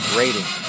rating